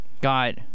got